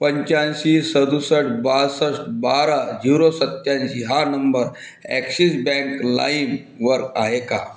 पंच्याऐंशी सदुसष्ट बासष्ट बारा झिरो सत्त्यांऐंशी हा नंबर ॲक्शिस बँक लाईमवर आहे का